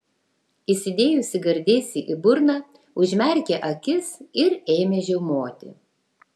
įsidėjusi gardėsį į burną užmerkė akis ir ėmė žiaumoti